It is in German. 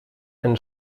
ein